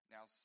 Now